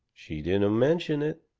she didn't mention it,